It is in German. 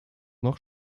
noch